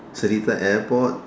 Seletar airport